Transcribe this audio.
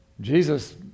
Jesus